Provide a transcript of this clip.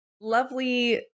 lovely